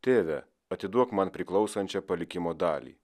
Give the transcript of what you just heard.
tėve atiduok man priklausančią palikimo dalį